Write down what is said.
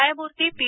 न्यायमूर्ती पी